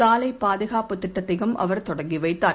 சாலைபாதுகாப்பு திட்டத்தையும் அவர் தொடங்கிவைத்தார்